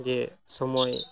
ᱡᱮ ᱥᱚᱢᱚᱭ